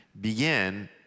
begin